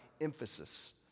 emphasis